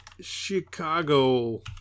Chicago